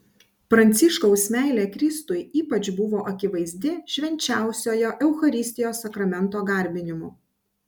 pranciškaus meilė kristui ypač buvo akivaizdi švenčiausiojo eucharistijos sakramento garbinimu